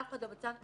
אף אחד לא בצד שלהם,